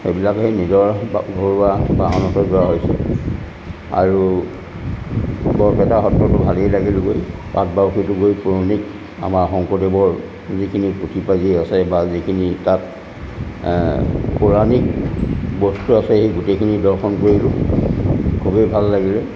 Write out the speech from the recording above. সেইবিলাক সেই নিজৰ ঘৰুৱা বাহনতে যোৱা হৈছে আৰু বৰপেটা সত্ৰটো ভালেই লাগিল গৈ পাতবাউসীটো গৈ পৌৰাণিক আমাৰ শংকৰদেৱৰ যিখিনি পুথি পাঁজি আছে বা যিখিনি তাত পৌৰাণিক বস্তু আছে সেই গোটেইখিনি দৰ্শন কৰিলোঁ খুবেই ভাল লাগিলে